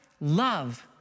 love